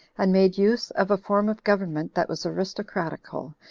and made use of a form of government that was aristocratical,